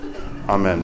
Amen